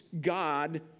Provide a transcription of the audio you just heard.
God